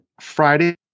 Friday